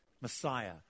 Messiah